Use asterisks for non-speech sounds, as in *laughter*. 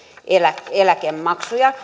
eläkemaksuja *unintelligible*